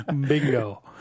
Bingo